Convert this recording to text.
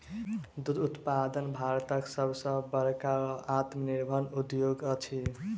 दूध उत्पादन भारतक सभ सॅ बड़का आत्मनिर्भर उद्योग अछि